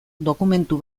dokumentu